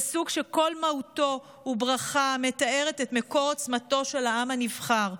פסוק שכל מהותו הוא ברכה המתארת את מקום עוצמתו של העם הנבחר.